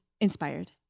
inspired